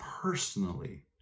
personally